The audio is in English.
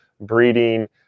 breeding